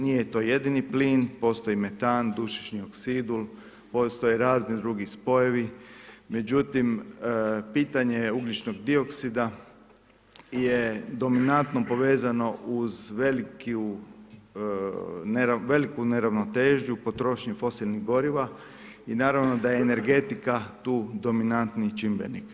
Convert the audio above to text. Nije to jedini plin, postoji metan, dušični oksidul, postoje razni drugi spojevi, međutim pitanje je ugljičnog dioksida, je dominantno povezano uz veliku neravnotežu potrošnje fosilnih goriva i naravno da je energetika tu dominantni čimbenik.